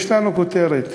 יש לנו כותרת.